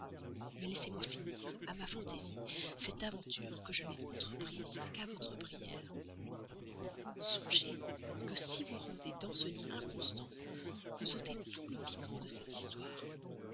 mais laissez-moi finir à ma fantaisie cette aventure que je n'ai entreprise qu'à votre prière songez que si vous rendez danceny inconstant vous ôtez tout le piquant de cette histoire